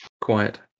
quiet